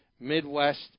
Midwest